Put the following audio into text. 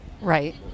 Right